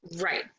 Right